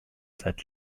seit